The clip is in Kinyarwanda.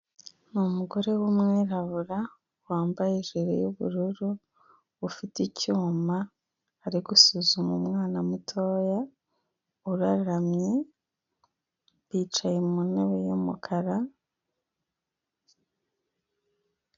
Ni umugore w'umwirabura wambaye ijiri y'ubururu ufite icyuma ari gusuzuma umwana mutoya uraramye bicaye mu ntebe y'umukara.